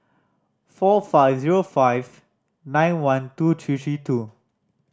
four five zero five nine one two three three two